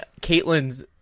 Caitlyn's